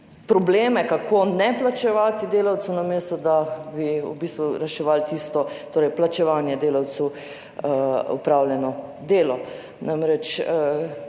probleme, kako ne plačevati delavcu, namesto da bi v bistvu reševali plačevanje delavcu za opravljeno delo. Namreč,